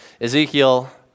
Ezekiel